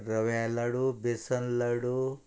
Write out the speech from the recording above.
रव्या लाडू बेसन लाडू